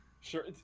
Sure